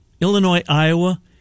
Illinois-Iowa